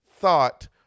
thought